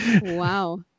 Wow